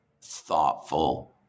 thoughtful